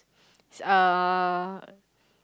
uh